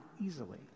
easily